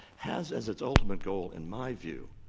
has as its ultimate goal, in my view,